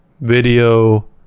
video